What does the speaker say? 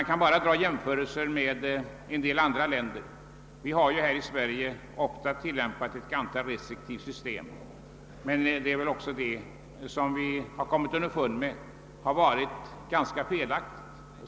Vi kan bara göra jämförelser med en del andra länder. Här i Sverige har tillämpats ett ganska restriktivt system, men vi har kommit underfund med att detta varit felaktigt.